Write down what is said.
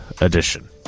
edition